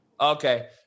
Okay